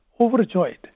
overjoyed